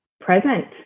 present